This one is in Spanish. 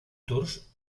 tours